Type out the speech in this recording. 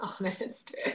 honest